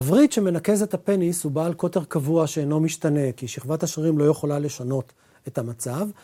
הוריד שמנקז את הפניס הוא בעל קוטר קבוע שאינו משתנה כי שכבת השרירים לא יכולה לשנות את המצב.